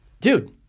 dude